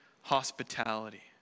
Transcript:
hospitality